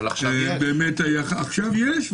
עכשיו יש,